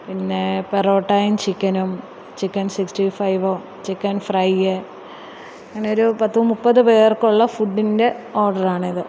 പിന്നേ പെറോട്ടായും ചിക്കനും ചിക്കൻ സിക്സ്റ്റീ ഫൈവോ ചിക്കൻ ഫ്രൈയ് അങ്ങനൊരു പത്ത് മുപ്പതുപേർക്കുള്ള ഫുഡിൻ്റെ ഓർഡറാണിത്